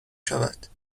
شود